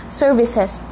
services